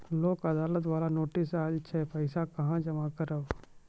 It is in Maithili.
लोक अदालत बाला नोटिस आयल छै पैसा कहां जमा करबऽ?